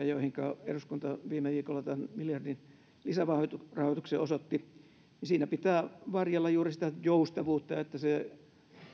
joihinka eduskunta viime viikolla tämän miljardin lisärahoituksen osoitti saadaan nyt tällä viikolla hyvin laajasti liikkeelle niin siinä pitää varjella juuri sitä joustavuutta että se